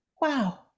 wow